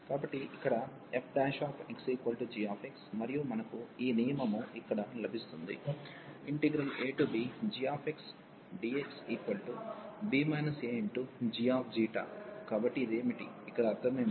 కాబట్టి ఇక్కడ fx g మరియు మనకు ఈ నియమము ఇక్కడ లభిస్తుంది abgxdxb agξకాబట్టి ఇది ఏమిటి ఇక్కడ అర్థం ఏమిటి